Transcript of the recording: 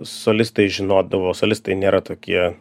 solistai žinodavo solistai nėra tokie